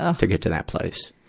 ah to get to that place.